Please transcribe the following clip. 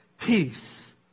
peace